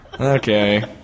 Okay